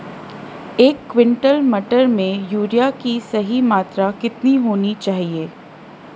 एक क्विंटल मटर में यूरिया की सही मात्रा कितनी होनी चाहिए?